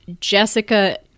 Jessica